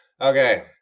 Okay